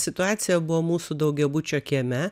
situacija buvo mūsų daugiabučio kieme